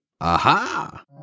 Aha